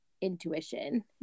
intuition